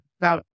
Now